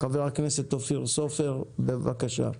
ח"כ אופיר סופר בבקשה.